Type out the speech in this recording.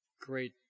great